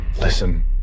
Listen